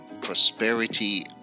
prosperity